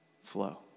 flow